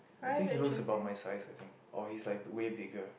I think he looks about my size I think or he's like way bigger